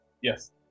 Yes